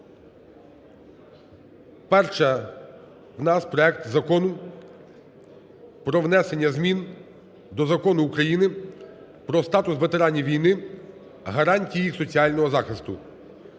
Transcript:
Перше у нас – проект Закону про внесення змін до Закону України "Про статус ветеранів війни, гарантії їх соціального захисту"